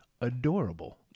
adorable